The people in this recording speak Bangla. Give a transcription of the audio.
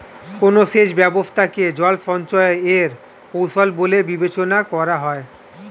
কোন সেচ ব্যবস্থা কে জল সঞ্চয় এর কৌশল বলে বিবেচনা করা হয়?